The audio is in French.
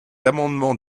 amendement